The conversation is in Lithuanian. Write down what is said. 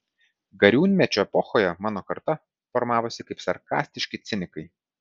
gariūnmečio epochoje mano karta formavosi kaip sarkastiški cinikai